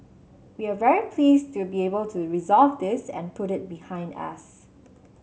we're very pleased to be able to resolve this and put it behind us